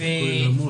הסיכוי למות.